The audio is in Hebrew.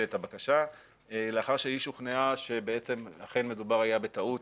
את הבקשה לאחר שהיא שוכנעה שבעצם אכן מדובר היה בטעות